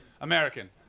American